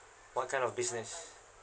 what kind of business